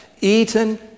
eaten